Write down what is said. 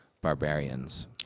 barbarians